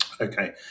Okay